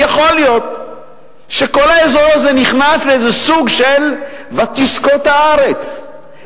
יכול להיות שכל האזור הזה נכנס לסוג של "ותשקוט הארץ".